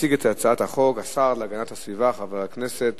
יציג את הצעת החוק השר להגנת הסביבה, חבר הכנסת